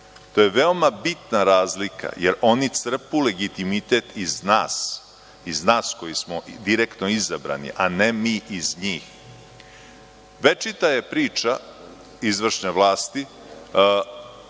To je veoma bitna razlika jer oni crpe legitimitet iz nas, iz nas koji smo direktno izabrani, a ne mi iz njih. Večita je priča izvršne vlasti